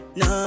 no